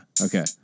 Okay